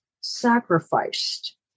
sacrificed